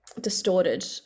distorted